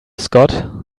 scott